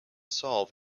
solve